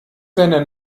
seiner